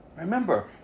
Remember